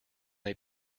they